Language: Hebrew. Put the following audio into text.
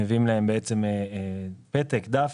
איזשהו דף